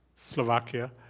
Slovakia